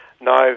No